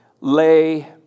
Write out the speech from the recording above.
lay